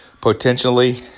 potentially